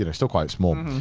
you know still quite small. um